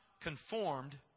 conformed